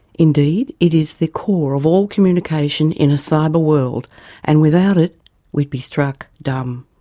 indeed, it is the core of all communication in a cyber world and without it we'd be struck dumb.